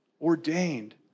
ordained